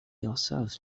yourself